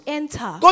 enter